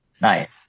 Nice